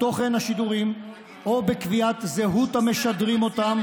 תוכן השידורים או בקביעת זהות המשדרים אותם,